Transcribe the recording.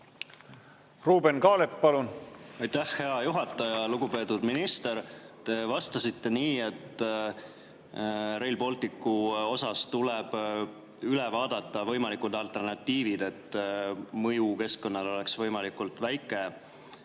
võiksid olla? Aitäh, hea juhataja! Lugupeetud minister! Te vastasite nii, et Rail Balticu puhul tuleb üle vaadata võimalikud alternatiivid, et mõju keskkonnale oleks võimalikult väike.